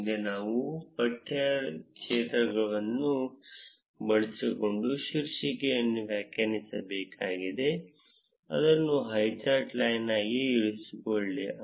ಮುಂದೆ ನಾವು ಪಠ್ಯ ಕ್ಷೇತ್ರವನ್ನು ಬಳಸಿಕೊಂಡು ಶೀರ್ಷಿಕೆಯನ್ನು ವ್ಯಾಖ್ಯಾನಿಸಬೇಕಾಗಿದೆ ಅದನ್ನು ಹೈಚಾರ್ಟ್ ಲೈನ್ ಆಗಿ ಇರಿಸಿಕೊಳ್ಳಿ